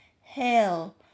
hell